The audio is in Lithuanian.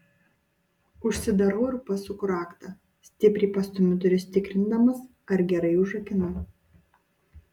užsidarau ir pasuku raktą stipriai pastumiu duris tikrindamas ar gerai užrakinau